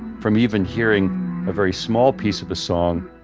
from even hearing a very small piece of the song,